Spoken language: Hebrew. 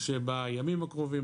שבימים הקרובים,